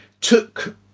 took